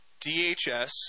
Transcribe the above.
DHS